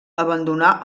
abandonà